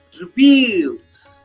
reveals